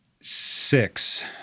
Six